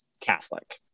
Catholic